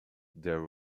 there